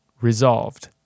Resolved